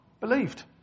believed